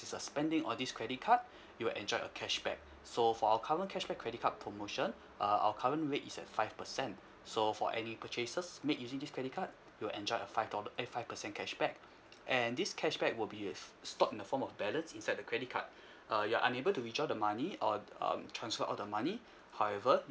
it's a spending on this credit card you will enjoy a cashback so for our current cashback credit card promotion uh our current rate is at five percent so for any purchases made using this credit card you'll enjoy a five dollar eh five percent cashback and this cashback will be with stored in the form of balance inside the credit card uh you're unable to withdraw the money or um transfer all the money however